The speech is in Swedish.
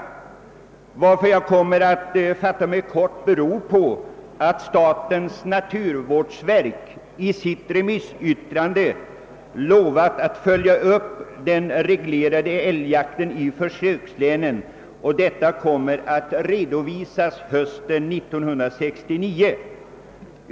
Anledningen till att jag kommer att fatta mig kort är att statens naturvårdsverk i sitt remissyttrande lovat att följa upp den reglerade älgjakten i försökslänen och att resultatet kommer att redovisas hösten 1969.